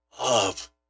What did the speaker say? love